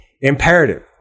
imperative